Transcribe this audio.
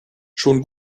schon